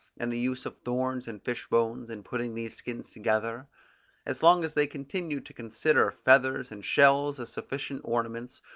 and the use of thorns and fish-bones, in putting these skins together as long as they continued to consider feathers and shells as sufficient ornaments,